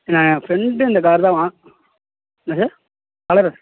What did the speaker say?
நான் ஃப்ரெண்டு இந்த கார் தான் வாங்க என்ன சார் கலரா